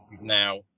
now